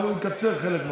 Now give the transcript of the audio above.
הוא יקצר חלק הזמן.